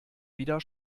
wieder